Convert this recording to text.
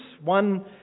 One